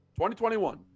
2021